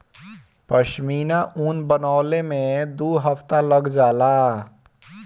पश्मीना ऊन बनवले में दू हफ्ता लग जाला